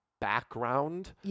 background